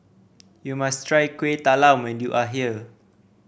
you must try Kueh Talam when you are here